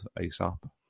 asap